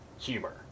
humor